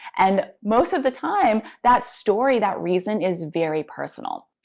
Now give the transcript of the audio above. and most of the time, that story, that reason, is very personal.